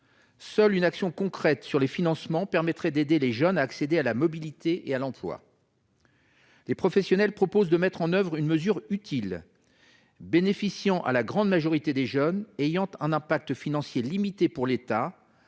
Seule une action concrète sur les financements permettrait d'aider les jeunes à accéder à la mobilité et à l'emploi. Les professionnels proposent de mettre en oeuvre une mesure utile, qui profiterait à la grande majorité des jeunes et aurait un impact financier limité pour l'État